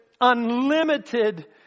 unlimited